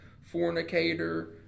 fornicator